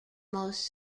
most